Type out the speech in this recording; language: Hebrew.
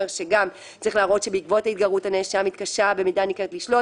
שגם צריך להראות שבעקבות ההתגרות הנאשם התקשה במידה ניכרת לשלוט